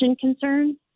concerns